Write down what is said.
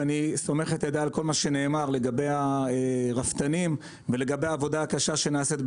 אני סומך את ידי על כל מה שנאמר לגבי הרפתנים ולגבי העבודה הקשה שנעשית,